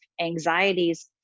anxieties